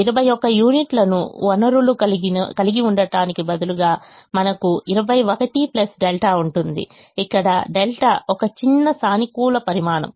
21 యూనిట్లను వనరు కలిగి ఉండటానికి బదులుగా మనకు 21 ẟ ఉంటుంది ఇక్కడ ẟ ఒక చిన్న సానుకూల పరిమాణం